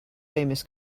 famous